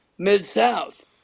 Mid-South